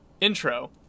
intro